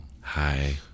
Hi